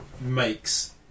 makes